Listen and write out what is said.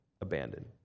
abandoned